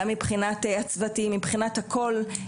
גם מבחינת הצוותים מבחינת הכול.